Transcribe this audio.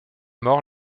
mort